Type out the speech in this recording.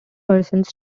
parsons